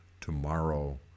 tomorrow